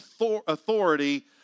authority